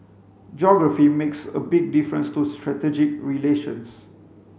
geography makes a big difference to strategic relations